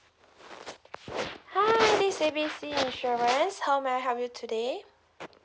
hi this A B C insurance how may I help you today